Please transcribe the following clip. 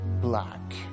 black